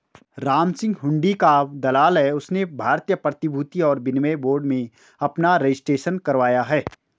रामसिंह हुंडी का दलाल है उसने भारतीय प्रतिभूति और विनिमय बोर्ड में अपना रजिस्ट्रेशन करवाया है